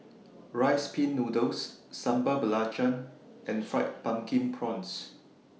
Rice Pin Noodles Sambal Belacan and Fried Pumpkin Prawns